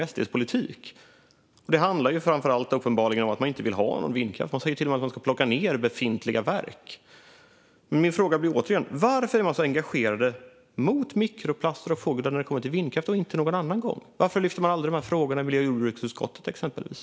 Uppenbarligen handlar det framför allt om att de inte vill ha någon vindkraft. De säger till och med att man ska plocka ned befintliga verk. Min fråga blir återigen varför man blir så engagerad mot mikroplaster och fågeldöd när det kommer till vindkraft och inte någon annan gång. Varför lyfter man aldrig de här frågorna i miljö och jordbruksutskottet, exempelvis?